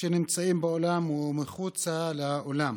שנמצאים באולם ומחוצה לאולם,